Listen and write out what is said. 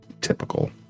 typical